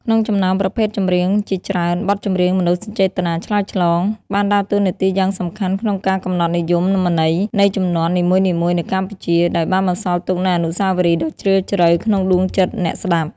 ក្នុងចំណោមប្រភេទចម្រៀងជាច្រើន បទចម្រៀងមនោសញ្ចេតនាឆ្លើយឆ្លង បានដើរតួនាទីយ៉ាងសំខាន់ក្នុងការកំណត់និយមន័យនៃជំនាន់នីមួយៗនៅកម្ពុជា ដោយបានបន្សល់ទុកនូវអនុស្សាវរីយ៍ដ៏ជ្រាលជ្រៅក្នុងដួងចិត្តអ្នកស្តាប់។